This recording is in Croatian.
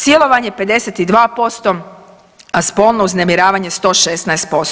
Silovanje 52%, a spolno uznemiravanje 116%